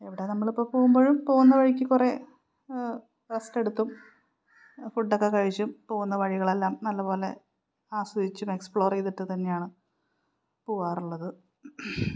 എവിടെ നമ്മളിപ്പോള് പോകുമ്പോഴും പോകുന്ന വഴിക്ക് കുറേ റെസ്റ്റെടുത്തും ഫുഡൊക്കെ കഴിച്ചും പോകുന്ന വഴികളെല്ലാം നല്ലതുപോലെ ആസ്വദിച്ചും എക്സ്പ്ലോർ ചെയ്തിട്ടും തന്നെയാണ് പോകാറുള്ളത്